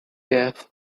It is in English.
death